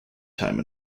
time